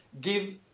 give